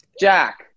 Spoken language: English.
Jack